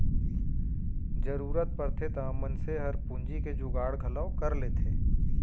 जरूरत परथे त मनसे हर पूंजी के जुगाड़ घलौ कर लेथे